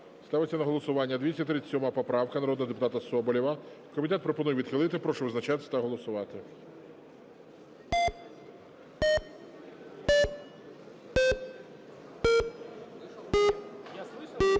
Ставиться на голосування 237 поправка народного депутата Соболєва. Комітет пропонує відхилити. Прошу визначатися та голосувати.